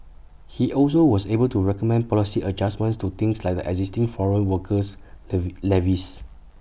he also was able to recommend policy adjustments to things like the existing foreign workers levee levies